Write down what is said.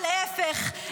או להפך,